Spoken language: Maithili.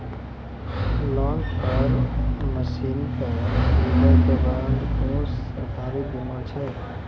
लोन पर मसीनऽक खरीद के बाद कुनू सरकारी बीमा छै?